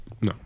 No